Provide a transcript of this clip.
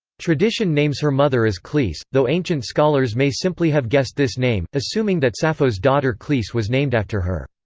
tradition names her mother as cleis, though ancient scholars may simply have guessed this name, assuming that sappho's daughter cleis was named after her.